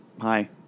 Hi